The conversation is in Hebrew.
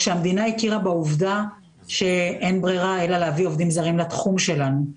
כשהמדינה הכירה בעובדה שאין ברירה אלא להביא עובדים זרים לתחום שלנו.